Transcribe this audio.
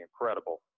incredible